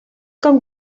com